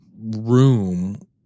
room